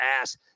ass